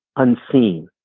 unseen,